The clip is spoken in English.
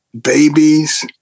babies